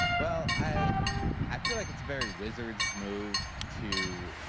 well i i feel like it's very wizards move to